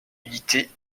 unité